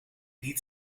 niet